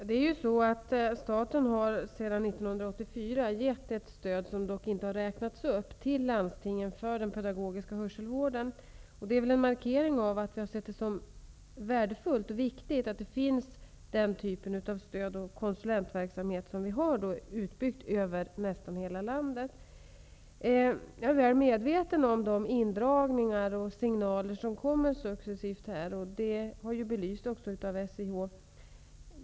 Herr talman! Sedan 1984 har staten gett ett stöd, som dock inte har räknats upp, till landstingen för den pedagogiska hörselvården. Det är väl en markering av att vi har sett det som värdefullt och viktigt att den typen av stöd och konsulentverksamhet finns utbyggd över nästan hela landet. Jag är väl medveten om de indragningar och signaler som successivt kommer. Det har också belysts av SIH.